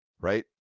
right